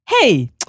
Hey